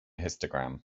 histogram